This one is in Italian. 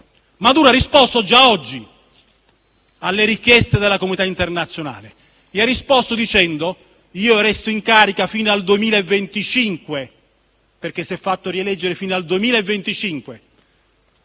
Maduro ha risposto già oggi alle richieste della comunità internazionale, dicendo che resterà in carica fino al 2025 - si è fatto rieleggere fino al 2025